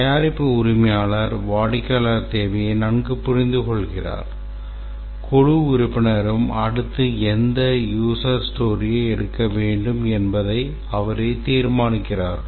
தயாரிப்பு உரிமையாளர் வாடிக்கையாளர் தேவையை நன்கு புரிந்துகொள்கிறார் குழு உறுப்பினரும் அடுத்து எந்த USER STORYயை எடுக்க வேண்டும் என்பதை அவரே தீர்மானிக்கிறார்கள்